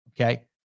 Okay